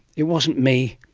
it wasn't me,